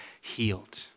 healed